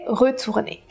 retourner